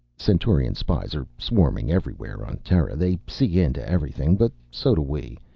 centauran spies are swarming everywhere on terra. they see into everything. but so do we.